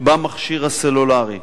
במכשיר הסלולרי,